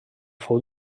fou